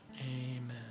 amen